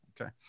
Okay